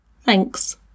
Thanks